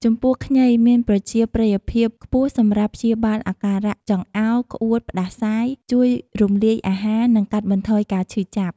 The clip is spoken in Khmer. ចំពោះ ខ្ញី មានប្រជាប្រិយភាពខ្ពស់សម្រាប់ព្យាបាលអាការៈចង្អោរ ក្អួត ផ្តាសាយ ជួយរំលាយអាហារ និងកាត់បន្ថយការឈឺចាប់។